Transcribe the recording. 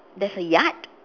there's a yard